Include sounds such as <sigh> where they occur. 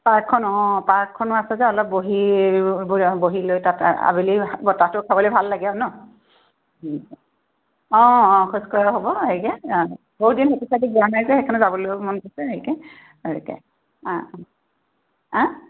পাৰ্কখন অ পাৰ্কখনো আছে যে অলপ বহি <unintelligible> বহি লৈ তাতে আবেলি বতাহটো খাবলে ভাল লাগে আৰু ন' <unintelligible> অঁ অঁ খোজকঢ়াও হ'ব হেৰিকে বহু দিন সেইটো ছাইডে যোৱা নাই যে সেইটোকাৰণে যাবলৈ মন গৈছে হেৰিকে <unintelligible> অ অ হা